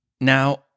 Now